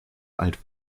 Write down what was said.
alt